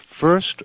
first